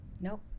Nope